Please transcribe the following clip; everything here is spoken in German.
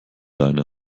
leine